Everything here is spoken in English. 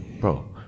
bro